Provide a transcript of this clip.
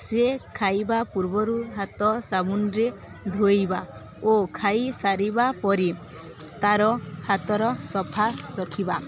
ସିଏ ଖାଇବା ପୂର୍ବରୁ ହାତ ସାବୁନରେ ଧୋଇବା ଓ ଖାଇ ସାରିବା ପରେ ତା'ର ହାତର ସଫା ରଖିବା